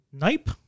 nipe